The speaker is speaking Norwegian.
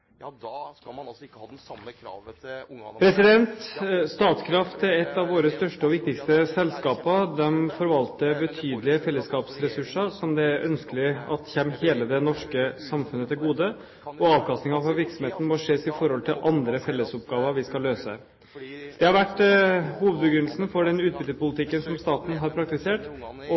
Statkraft er et av våre største og viktigste selskaper. De forvalter betydelige fellesskapsressurser som det er ønskelig kommer hele det norske samfunnet til gode, og avkastningen fra virksomheten må ses i forhold til andre fellesskapsoppgaver vi skal løse. Det har vært hovedbegrunnelsen for den utbyttepolitikken som staten har praktisert